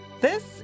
This